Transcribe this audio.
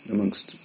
Amongst